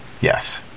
Yes